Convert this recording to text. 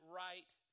right